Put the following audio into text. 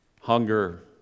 hunger